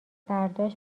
برداشت